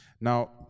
Now